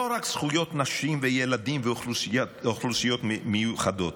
לא רק זכויות נשים וילדים ואוכלוסיות מיוחדות,